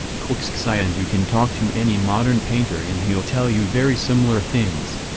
clxxi and you can talk to any modern painter and he'll tell you very similar things.